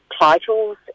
Titles